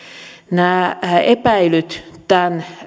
nämä epäilyt tämän